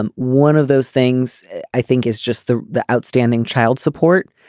and one of those things i think is just the the outstanding child support.